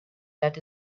that